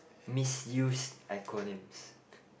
misused acronyms